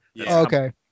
Okay